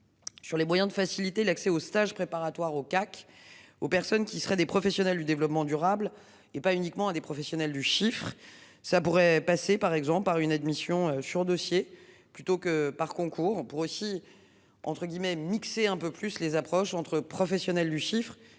Sur les moyens de faciliter l'accès au stage préparatoire au CAC aux personnes qui seraient des professionnels du développement durable et pas uniquement à des professionnels du chiffre ça pourrait passer par exemple par une admission sur dossier plutôt que par concours, pour aussi. Entre guillemets mixer un peu plus les approches entre professionnels du chiffre